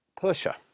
Persia